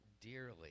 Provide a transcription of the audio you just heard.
dearly